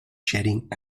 jetting